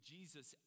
Jesus